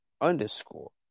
Underscore